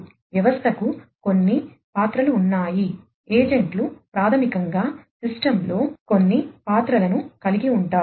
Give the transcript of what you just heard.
వ్యవస్థకు కొన్ని పాత్రలు ఉన్నాయి ఏజెంట్లు ప్రాథమికంగా సిస్టమ్లో కొన్ని పాత్రలను కలిగి ఉంటారు